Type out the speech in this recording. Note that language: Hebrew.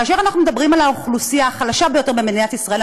כאשר אנחנו מדברים על האוכלוסייה החלשה ביותר במדינת ישראל,